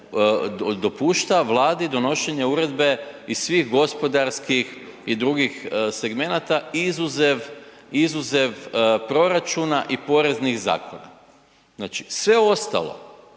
dopušta Vladi donošenje uredbe i svih gospodarskih i dr. segmenata izuzev proračuna i poreznih zakona. Znači sve ostalo